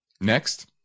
Next